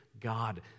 God